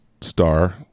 star